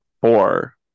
Four